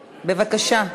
בבקשה.